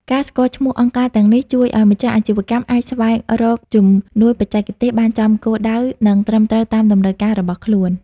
ការស្គាល់ឈ្មោះអង្គការទាំងនេះ ជួយឱ្យម្ចាស់អាជីវកម្មអាចស្វែងរក "ជំនួយបច្ចេកទេស" បានចំគោលដៅ និងត្រឹមត្រូវតាមតម្រូវការរបស់ខ្លួន។